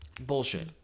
Bullshit